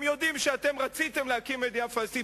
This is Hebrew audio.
הם יודעים שאתם רציתם להקים מדינה פלסטינית.